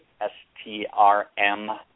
S-T-R-M